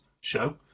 show